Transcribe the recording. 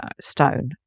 stone